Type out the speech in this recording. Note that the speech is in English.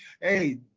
hey